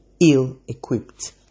ill-equipped